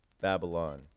Babylon